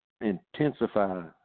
intensify